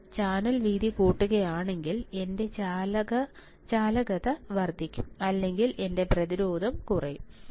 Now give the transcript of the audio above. ഞാൻ ചാനൽ വീതി കൂട്ടുകയാണെങ്കിൽ എന്റെ ചാലകത വർദ്ധിക്കും അല്ലെങ്കിൽ എന്റെ പ്രതിരോധം കുറയും